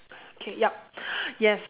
okay yup yes